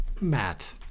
Matt